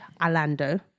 alando